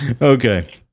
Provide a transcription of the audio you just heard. Okay